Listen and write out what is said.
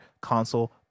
console